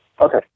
okay